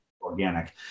organic